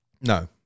no